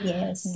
Yes